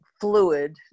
fluid